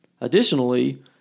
Additionally